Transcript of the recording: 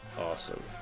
awesome